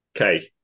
Okay